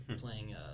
playing